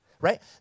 right